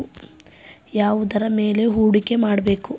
ಯಾವುದರ ಮೇಲೆ ಹೂಡಿಕೆ ಮಾಡಬೇಕು?